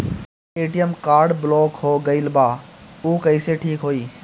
हमर ATM card block हो गईल बा ऊ कईसे ठिक होई?